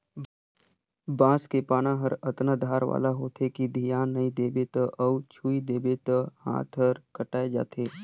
बांस के पाना हर अतना धार वाला होथे कि धियान नई देबे त अउ छूइ देबे त हात हर कटाय जाथे